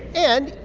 and,